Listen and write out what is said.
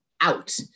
out